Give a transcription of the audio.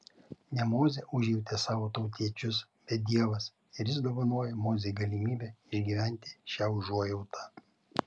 ne mozė užjautė savo tautiečius bet dievas ir jis dovanoja mozei galimybę išgyventi šią užuojautą